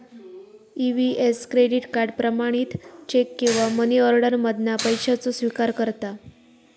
EVS credit card, प्रमाणित cheque किंवा money order मधना पैशाचो स्विकार करता